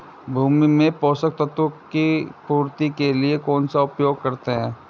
भूमि में पोषक तत्वों की पूर्ति के लिए कौनसा उपाय करते हैं?